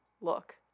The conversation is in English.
look